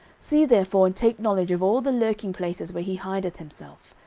see therefore, and take knowledge of all the lurking places where he hideth himself,